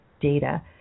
data